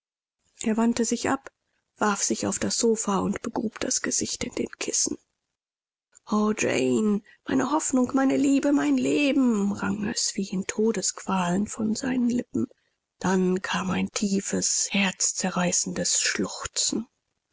er wandte sich ab warf sich auf das sofa und begrub das gesicht in den kissen o jane meine hoffnung meine liebe mein leben rang es sich wie in todesqual von seinen lippen dann kam ein tiefes herzzerreißendes schluchzen